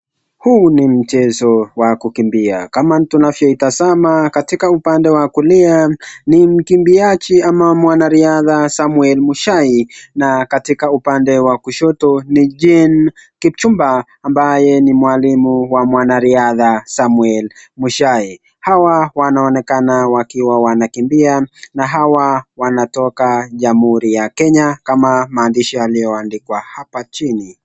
Huu ni mchezo wa kukimbia kama tunavyoitazama katika upande wa kulia ni mkimbiaji ama mwanariadha Samuel Muchai na katika upande wa kushoto ni Jane Kipchumba ambaye ni mwalimu wa mwanariadha Samuel Muchai hawa wanaonekana wakiwa wanakimbia na hawa wanatoka jamuhuri wa Kenya kama maandishi yaliyo andikwa kwa hapa chini.